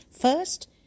First